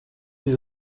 des